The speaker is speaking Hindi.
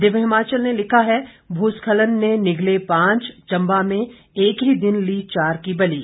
दिव्य हिमाचल ने लिखा है भू स्खलन ने निगले पांच चंबा में एक ही दिन ली चार की बलि